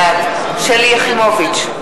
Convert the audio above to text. בעד שלי יחימוביץ,